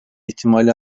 ihtimali